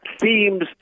seems